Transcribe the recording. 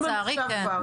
זה כן, זה כן, לצערי כן.